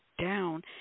down